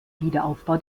wiederaufbau